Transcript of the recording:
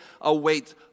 awaits